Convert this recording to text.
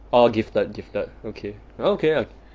orh gifted gifted okay that [one] okay [one]